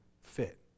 fit